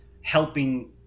helping